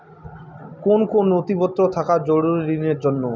কোন কোন নথিপত্র থাকা জরুরি ঋণের জন্য?